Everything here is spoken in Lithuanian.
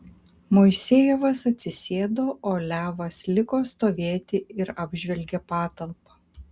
moisejevas atsisėdo o levas liko stovėti ir apžvelgė patalpą